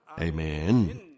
Amen